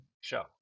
show